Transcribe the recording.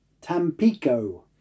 Tampico